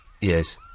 Yes